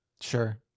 Sure